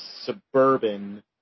Suburban